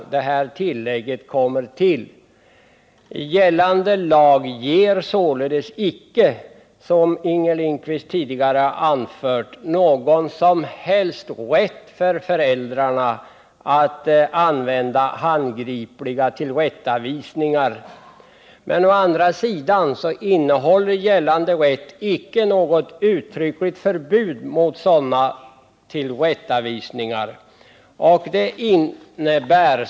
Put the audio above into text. Gällande lag ger således icke, som Inger Lindquist tidigare har anfört, föräldrarna någon som helst rätt att använda handgripliga tillrättavisningar. Å andra sidan innehåller gällande rätt icke något uttryckligt förbud mot sådana tillrättavisningar.